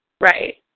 Right